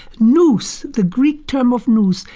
noos, the greek term of noos,